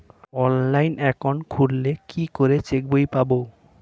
Online account খুললে কি করে চেক বই পাব?